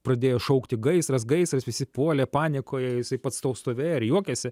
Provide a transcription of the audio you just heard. pradėjo šaukti gaisras gaisras visi puolė paniekoje jisai pats tol stovėjo ir juokėsi